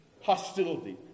hostility